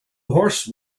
horse